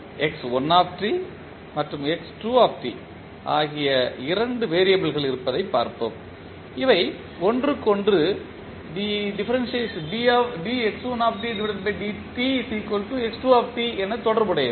x1 மற்றும் x2 ஆகிய இரண்டு வெறியபிள்கள் இருப்பதைப் பார்ப்போம் இவை ஒன்றுக்கொன்று என தொடர்புடையவை